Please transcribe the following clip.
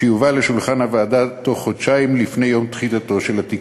שיובאו לשולחן הוועדה בתוך חודשיים לפני יום תחילתו של התיקון.